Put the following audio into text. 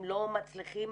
לא מצליחים,